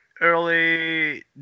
early